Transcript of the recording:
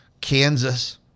Kansas